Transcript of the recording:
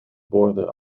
borden